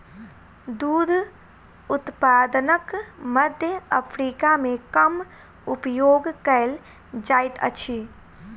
दूध उत्पादनक मध्य अफ्रीका मे कम उपयोग कयल जाइत अछि